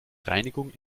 reinigung